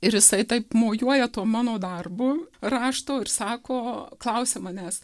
ir jisai taip mojuoja tuo mano darbu rašto ir sako klausia manęs